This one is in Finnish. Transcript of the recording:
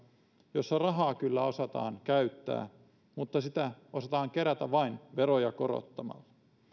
jossa rahaa kyllä osataan käyttää mutta sitä osataan kerätä vain veroja korottamalla